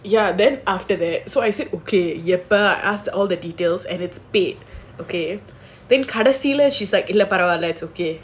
ya then after that so I said okay yup I asked all the details and its paid okay then கடைசில:kadaisila she's like it's okay